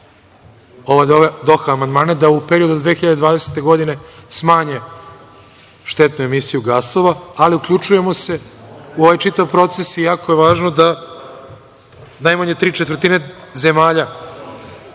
ove Doha amandmane, da u periodu od 2020. godine smanje štetnu emisiji gasova, ali uključujemo se u ovaj čitav proces i jako je važno da najmanje tri četvrtine zemalja